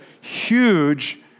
huge